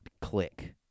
click